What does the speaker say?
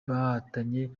bahatanye